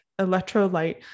electrolyte